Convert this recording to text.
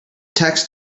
text